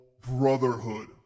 brotherhood